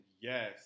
Yes